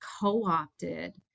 co-opted